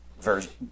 version